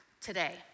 today